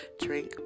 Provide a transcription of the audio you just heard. drink